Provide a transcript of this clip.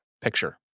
picture